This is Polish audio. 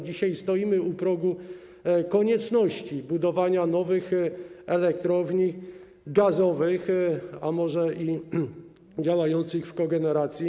Dzisiaj stoimy u progu konieczności budowania nowych elektrowni gazowych, a może i elektrowni działających w kogeneracji.